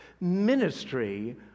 ministry